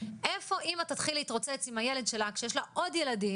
איפה אמא תתחיל להתרוצץ עם הילד שלה כשיש לה עוד ילדים,